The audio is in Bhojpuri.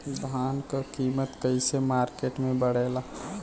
धान क कीमत कईसे मार्केट में बड़ेला?